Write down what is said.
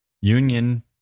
union